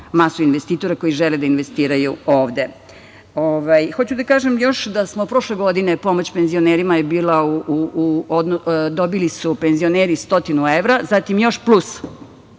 masu investitora koji žele da investiraju ovde. Hoću da kažem još da smo prošle godine, pomoć penzionerima je bila, dobili su penzioneri stotinu evra, zatim, još plus